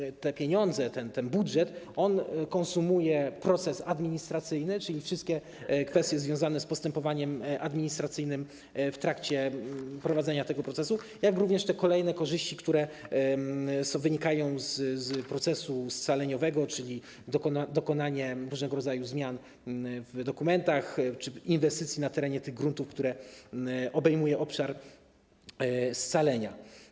Jeżeli chodzi o pieniądze, to ten budżet konsumuje proces administracyjny, czyli wszystkie kwestie związane z postępowaniem administracyjnym w trakcie prowadzenia tego procesu, jak również kolejne korzyści, które wynikają z procesu scaleniowego, czyli dokonanie różnego rodzaju zmian w dokumentach czy inwestycji na terenie gruntów, które obejmuje obszar scalenia.